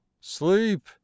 Sleep